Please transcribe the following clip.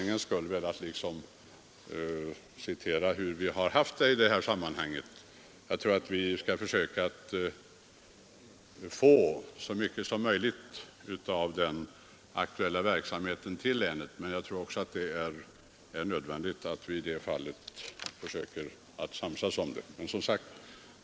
Jag har, herr talman, bara för ordningens skull velat referera hur förhållandena har varit i det här sammanhanget. Jag tror att vi skall försöka att få så mycket som möjligt av den aktuella verksamheten till Skaraborgs län, men jag tror också att det är nödvändigt att vi i det fallet försöker enas.